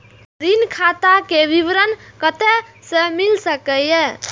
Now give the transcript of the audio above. ऋण खाता के विवरण कते से मिल सकै ये?